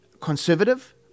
conservative